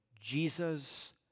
Jesus